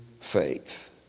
faith